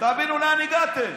תבינו לאן הגעתם.